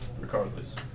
regardless